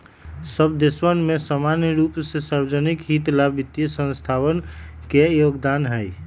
सब देशवन में समान रूप से सार्वज्निक हित ला वित्तीय संस्थावन के योगदान हई